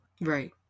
Right